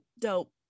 dope